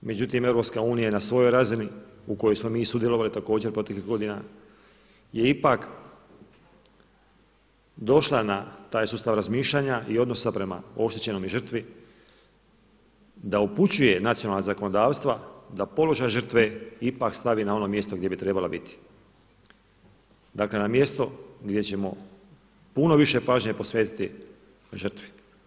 Međutim, EU je na svojoj razini, u kojoj smo mi sudjelovali, također proteklih godina, je ipak došla na taj sustav razmišljanja i odnosa prema oštećenom i žrtvi i da upućuje nacionalna zakonodavstva da položaj žrtve ipak stavi na ono mjesto gdje bi trebala biti, dakle na mjesto gdje ćemo puno više pažnje posvetiti žrtvi.